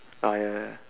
ah yeah yeah